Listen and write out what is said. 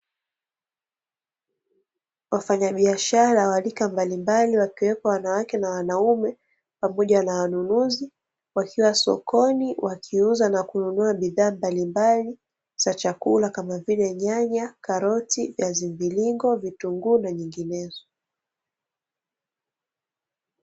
Wafanyabiashara wa rika mbalimbali wakiwepo wanawake na wanaume, pamoja na wanunuzi; wakiwa sokoni, wakiuza na kununua bidhaa mbalimbali za chakula kama vile: nyanya, karoti, viazi mviringo, vitunguu na nyinginezo.